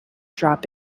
drop